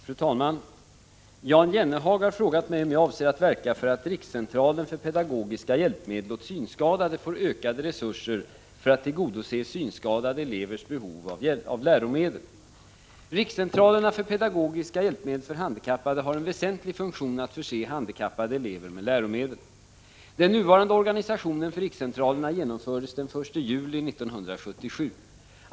Fru talman! Jan Jennehag har frågat mig om jag avser att verka för att rikscentralen för pedagogiska hjälpmedel åt synskadade får ökade resurser för att tillgodose synskadade elevers behov av läromedel. Rikscentralerna för pedagogiska hjälpmedel för handikappade har en väsentlig funktion att förse handikappade elever med läromedel. Den nuvarande organisationen för rikscentralerna genomfördes den 1 juli 1977.